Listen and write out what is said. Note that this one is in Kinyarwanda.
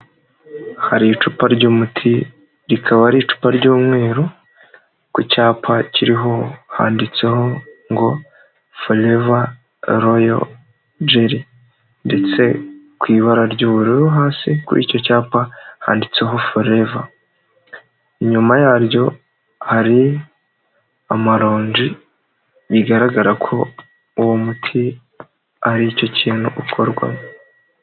Hari icupa ry'umuti rikaba ari icupa ry'umweru, ku cyapa kiriho handitseho ngo foreva royo jeri ndetse ku ibara ry'ubururu hasi kuri icyo cyapa handitseho foreva, inyuma yaryo hari amaronji bigaragara ko uwo muti ari cyo kintu ukorwamo.